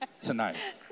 tonight